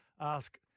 ask